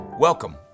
Welcome